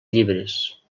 llibres